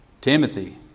Timothy